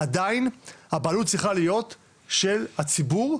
עדיין הבעלות צריכה להיות של הציבור,